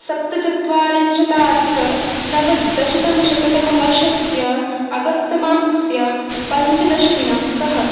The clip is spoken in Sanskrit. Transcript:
सप्तचत्वारिंशदधिकनवदशतमशततमवर्षस्य अगस्तमासस्य पञ्चदशदिनाङ्कः